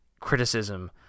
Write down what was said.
criticism